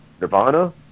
nirvana